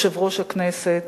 יושב-ראש הכנסת,